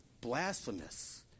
blasphemous